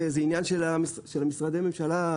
זה עניין של משרדי הממשלה.